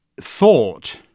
thought